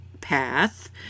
path